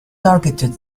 targeted